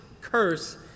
curse